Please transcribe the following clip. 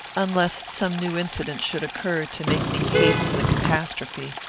unless some new incident should occur to make me hasten the catastrophe.